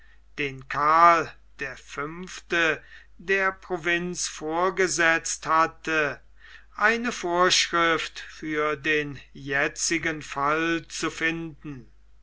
den karl der fünfte der provinz vorgesetzt hatte eine vorschrift für den jetzigen fall zu finden